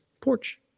porch